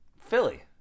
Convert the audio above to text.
Philly